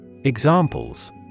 Examples